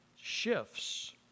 shifts